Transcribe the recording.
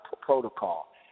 protocol